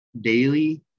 daily